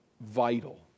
vital